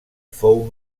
fou